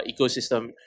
ecosystem